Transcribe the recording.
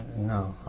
no.